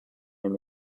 him